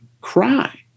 cry